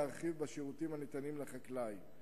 להרחיב את השירותים הניתנים לחקלאי.